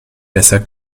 besser